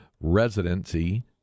residency